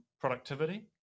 productivity